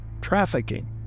trafficking